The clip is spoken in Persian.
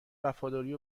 وفاداری